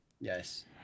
Yes